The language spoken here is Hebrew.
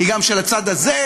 היא גם של הצד הזה,